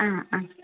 ആ ആ